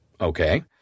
okay